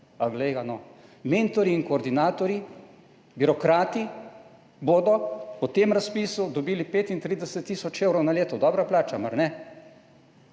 A glej ga, no, mentorji in koordinatorji, birokrati bodo po tem razpisu dobili 35 tisoč evrov na leto. Dobra plača, mar ne?